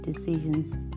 Decisions